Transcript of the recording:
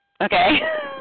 okay